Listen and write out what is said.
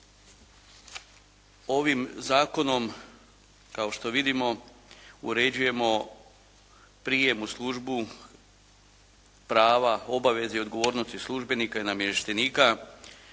Ovim zakonom, kao što vidimo uređujemo prijem u službu prava, obaveze i odgovornosti službenika i namještenika